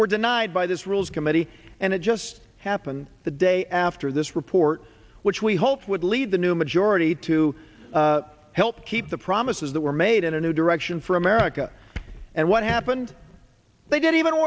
were denied by this rules committee and it just happened the day after this report which we hoped would lead the new majority to help keep the promises that were made in a new direction for america and what happened they did even